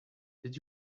did